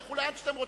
לכו לאן שאתם רוצים.